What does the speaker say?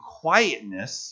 quietness